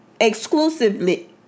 exclusively